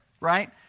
right